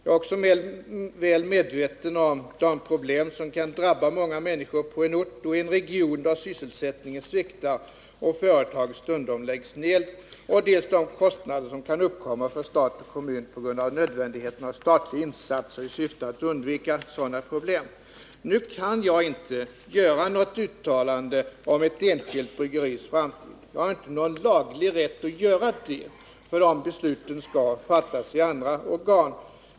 Jag är också väl medveten om dels de problem som kan drabba många människor på en ort och i en region då sysselsättningen sviktar och företag stundom måste läggas ned, dels de kostnader som då kan uppkomma för stat och kommun på grund av nödvändigheten av statliga insatser i syfte att undvika sådana problem. Nu kan jag inte göra något uttalande om ett enskilt bryggeris framtid. Jag har inte någon laglig rätt att göra det. De besluten skall fattas i andra organ.